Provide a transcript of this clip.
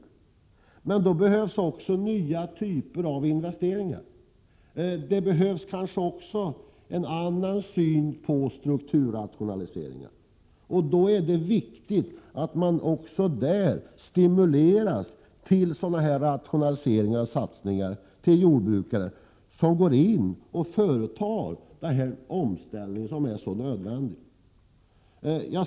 Då behövs det nya — 13 april 1988 typer av investeringar, men det behövs kanske också en annan syn på strukturrationaliseringar. Då är det viktigt att samhället också där stimulerar till satsningar och rationaliseringar hos jordbrukare som företar den omställning som är så nödvändig.